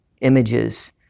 Images